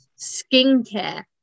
skincare